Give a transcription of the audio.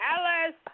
Alice